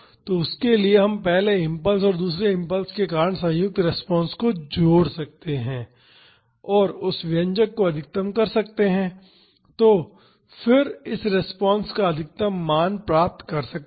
तो उसके लिए हम पहले इम्पल्स और दूसरे इम्पल्स के कारण संयुक्त रिस्पांस जोड़ सकते हैं और उस व्यंजक को अधिकतम कर सकते हैं और फिर इस रिस्पांस का अधिकतम मान प्राप्त कर सकते हैं